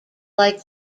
like